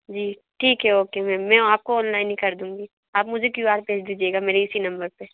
जी ठीक है okay ma'am मैं आपको ऑनलाइन ही कर दूँगी आप मुझे क्यू आर भेज दीजिएगा मेरी इसी नंबर पर